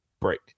break